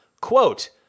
quote